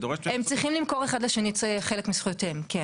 הם צריכים למכור אחד לשני את חלק מזכויותיהם, כן.